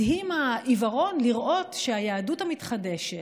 מדהים, העיוורון לראות שהיהדות המתחדשת,